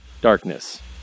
darkness